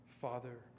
Father